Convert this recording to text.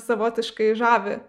savotiškai žavi